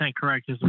correct